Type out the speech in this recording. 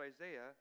Isaiah